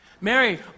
Mary